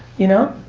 you know?